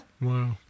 Wow